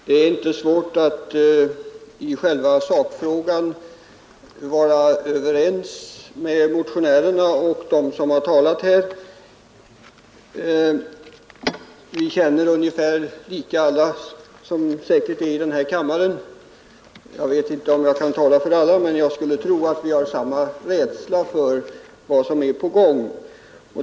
Herr talman! Det är inte svårt att i själva sakfrågan vara överens med motionärerna och med dem som talat här. Vi känner nog alla i denna kammare på ungefär samma sätt. Jag vet inte om jag kan tala för alla, men jag skulle tro att vi hyser samma rädsla för vad som är på gång.